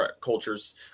cultures